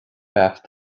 acht